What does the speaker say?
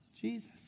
Jesus